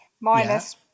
Minus